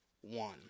one